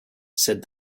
said